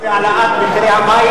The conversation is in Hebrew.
העלאת מחירי המים.